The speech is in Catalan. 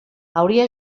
hauria